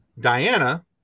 Diana